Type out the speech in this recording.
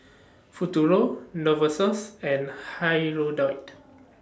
Futuro Novosource and Hirudoid